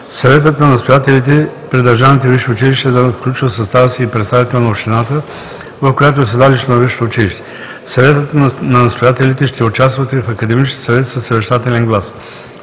Съветът на настоятелите при държавните висши училища да включва в състава си и представител на общината, в която е седалището на висшето училище. Съветът на настоятелите ще участват и в академичните съвети със съвещателен глас.